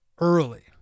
early